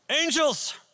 angels